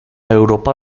europa